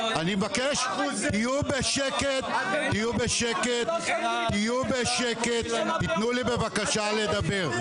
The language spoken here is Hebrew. אני מבקש תהיו בשקט תתנו לי בבקשה לדבר.